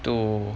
to